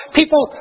people